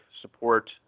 support